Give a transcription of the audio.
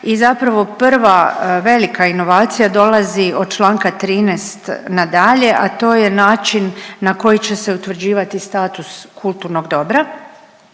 i zapravo prva velika inovacija dolazi od Članka 13. nadalje, a to je način na koji će se utvrđivati status kulturnog dobra.